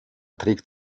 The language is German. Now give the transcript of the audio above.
trägt